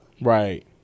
right